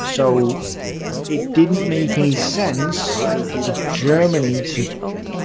so it didn't make any sense for germany to